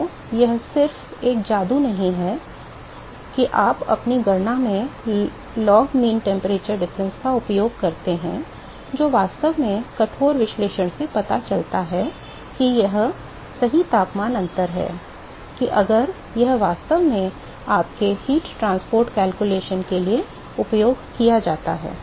तो यह सिर्फ एक जादू नहीं है कि आप अपनी गणना में लॉग माध्य तापमान अंतर का उपयोग करते हैं जो वास्तव में कठोर विश्लेषण से पता चलता है कि यह सही तापमान अंतर है कि अगर यह वास्तव में आपके ऊष्मा परिवहन गणना के लिए उपयोग किया जाता है